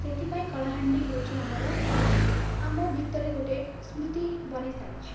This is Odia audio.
ସେଥିପାଇଁ କଳାହାଣ୍ଡି ହେଉଛି ଆମର ଆମ ଭିତରେ ଗୋଟେ ସ୍ମୃତି ବନେଇସାରିଛି